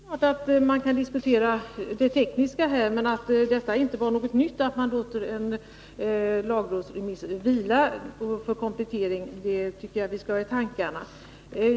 Herr talman! Det är klart att man kan diskutera det tekniska, men att det inte är något nytt att man låter en lagrådsremiss vila i avvaktan på kompletteringar tycker jag att vi skall ha i tankarna.